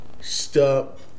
Stop